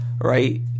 right